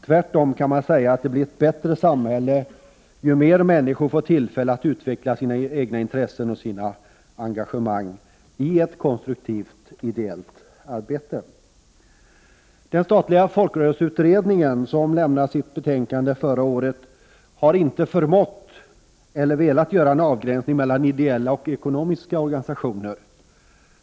Tvärtom kan man säga att samhället blir bättre ju flera människor som får tillfälle att utveckla sina egna intressen och sina engagemang i ett konstruktivt ideellt arbete. Den statliga folkrörelseutredningen, som lämnade sitt betänkande förra året, har inte förmått eller velat göra en avgränsning mellan ideella och ekonomiska organisationer.